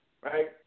right